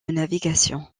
navigation